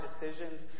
decisions